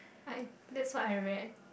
I that's what I read